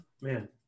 man